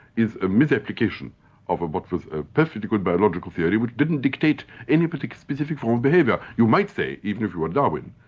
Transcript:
is a misapplication of but a perfectly good biological theory which didn't dictate any particular specific form of behaviour. you might say, even if you were darwin,